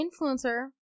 influencer